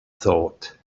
thought